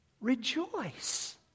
rejoice